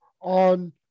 on